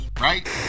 right